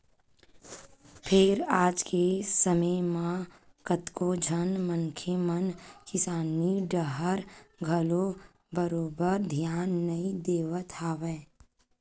फेर आज के समे म कतको झन मनखे मन किसानी डाहर घलो बरोबर धियान नइ देवत हवय